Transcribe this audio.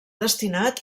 destinat